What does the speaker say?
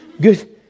good